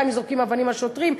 גם אם זורקים אבנים על שוטרים,